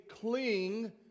cling